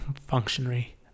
functionary